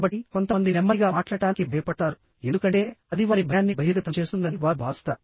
కాబట్టి కొంతమంది నెమ్మదిగా మాట్లాడటానికి భయపడతారు ఎందుకంటే అది వారి భయాన్ని బహిర్గతం చేస్తుందని వారు భావిస్తారు